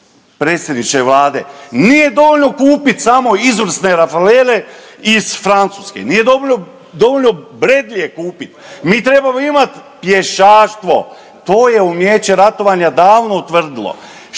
predsjedniče Vlade. Nije dovoljno kupiti samo izvrsne Rafale iz Francuske, nije dovoljno Bredleye kupiti. Mi trebamo imati pješaštvo. To je umijeće ratovanja davno utvrdilo.